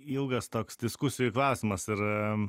ilgas toks diskusijų klausimas ir